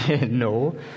No